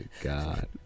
god